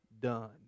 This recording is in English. done